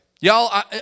Y'all